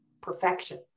perfection